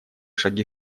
шаги